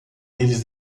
eles